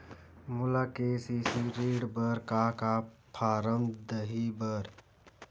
मोला के.सी.सी ऋण बर का का फारम दही बर?